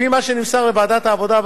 לפי מה שנמסר לוועדת העבודה,